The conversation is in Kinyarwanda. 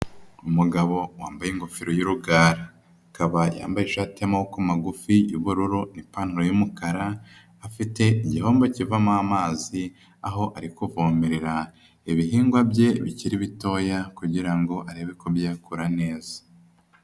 Umugabo wambaye ingofero y'urugara. Akaba yambaye ishati y'amaboko magufi y'ubururu n'ipantaro y'umukara, afite igihombo kivamo amazi, aho ari kuvomerera ibihingwa bye bikiri bitoya kugira ngo arebe ko byakura neza.